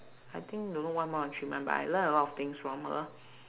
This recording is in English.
I think don't know one month or three month but I learn a lot of things from her